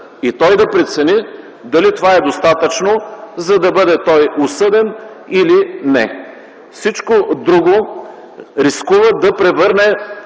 – той да прецени дали това е достатъчно, за да бъде осъден или не. Всичко друго рискува да превърне